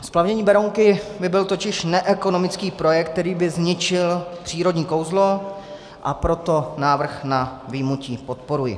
Splavnění Berounky by byl totiž neekonomický projekt, který by zničil přírodní kouzlo, a proto návrh na vyjmutí podporuji.